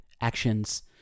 actions